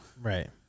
Right